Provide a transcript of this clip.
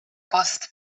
post